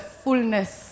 fullness